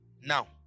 Now